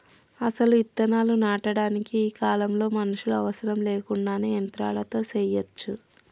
అసలు ఇత్తనాలు నాటటానికి ఈ కాలంలో మనుషులు అవసరం లేకుండానే యంత్రాలతో సెయ్యచ్చు